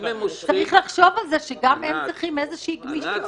צריך לחשוב על זה שגם הם צריכים איזושהי גמישות.